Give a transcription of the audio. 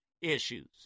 issues